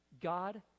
God